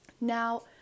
Now